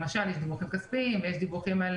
למשל, יש דיווחים כספיים, יש דיווחים על